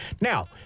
Now